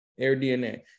AirDNA